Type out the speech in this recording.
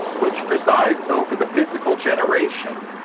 which presides over the physical generation,